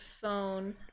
phone